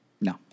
No